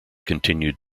continued